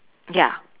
ya